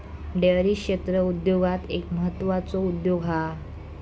dairy क्षेत्र उद्योगांत एक म्हत्त्वाचो उद्योग हा